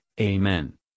Amen